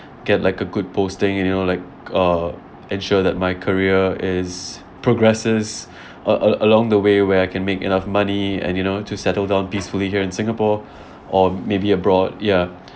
get like a good posting you know like uh ensure that my career is progresses a~ a~ along the way where I can make enough money and you know to settle down peacefully here in singapore or maybe abroad ya